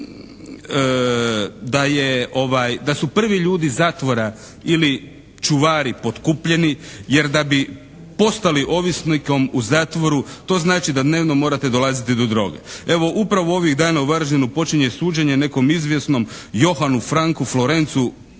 da su prvi ljudi zatvora ili čuvari potkupljeni. Jer da bi postali ovisnikom u zatvoru to znači da dnevno morate dolaziti do droge. Evo, upravo ovih dana u Varaždinu počinje suđenje nekom izvjesnom Johanu Franku Florencu